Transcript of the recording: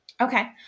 Okay